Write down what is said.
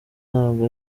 ntabwo